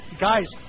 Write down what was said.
guys